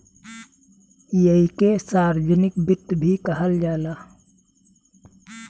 ऐइके सार्वजनिक वित्त भी कहल जाला